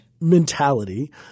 mentality